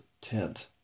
tent